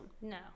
No